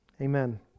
Amen